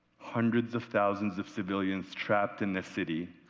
hundreds of thousands of civilians trapped in the city,